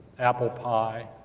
apple pie,